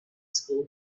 school